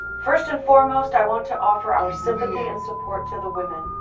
first and foremost i want to offer our sympathy and support to the women.